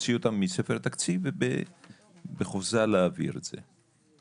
להוציא אותם מספר התקציב ובחופזה להעביר את זה,